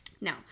Now